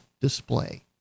display